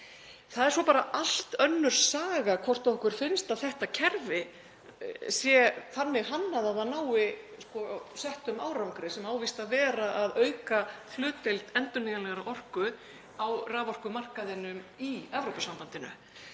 Það er svo bara allt önnur saga hvort okkur finnist að þetta kerfi sé þannig hannað að það nái settum árangri, sem á víst að vera að auka hlutdeild endurnýjanlegrar orku á raforkumarkaðnum í Evrópusambandinu.